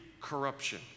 corruption